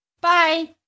Bye